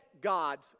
God's